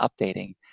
updating